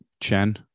Chen